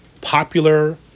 popular